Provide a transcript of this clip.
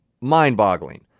mind-boggling